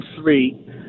three